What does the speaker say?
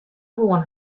hân